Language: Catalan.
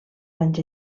anys